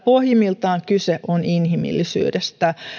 pohjimmiltaan kyse on inhimillisyydestä